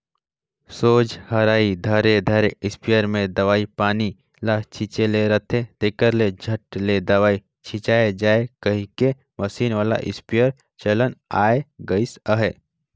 सोझ हरई धरे धरे इस्पेयर मे दवई पानी ल छीचे ले रहथे, तेकर ले झट ले दवई छिचाए जाए कहिके मसीन वाला इस्पेयर चलन आए गइस अहे